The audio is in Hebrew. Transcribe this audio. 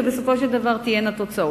ובסופו של דבר תהיינה תוצאות.